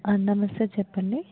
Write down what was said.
నమస్తే చెప్పండి